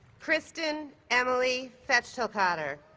kristin emily fechtelkotter